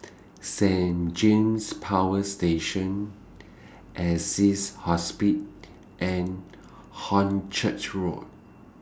Saint James Power Station Assisi Hospice and Hornchurch Road